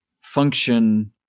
function